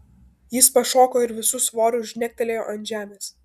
jis pašoko ir visu svoriu žnektelėjo ant žemės